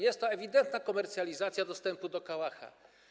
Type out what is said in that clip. Jest to ewidentna komercjalizacja dostępu do kałacha.